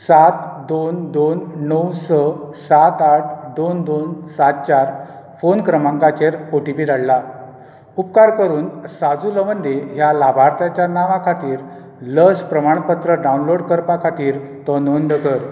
सात दोन दोन णव स सात आठ दोन दोन सात चार फोन क्रमांकाचेर ओ टी पी धाडला उपकार करून साजू लवंदे ह्या लाभार्थ्याच्या नांवा खातीर लस प्रमाण पत्र डावनलोड करपा खातीर तो नोंद कर